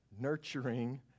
nurturing